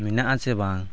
ᱢᱮᱱᱟᱜᱼᱟ ᱥᱮ ᱵᱟᱝ